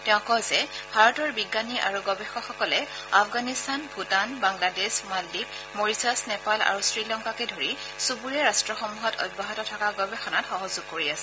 তেওঁ কয় যে ভাৰতৰ বিজ্ঞানী আৰু গৱেষকসকলে আফগানিস্তান ভূটান বাংলাদেশ মালদ্বীপ মৰিছাছ নেপাল আৰু শ্ৰীলংকাকে ধৰি চুবুৰীয়া ৰট্টসমূহত অব্যাহত থকা গৱেষণাত সহযোগ কৰি আছে